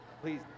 please